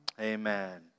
Amen